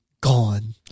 gone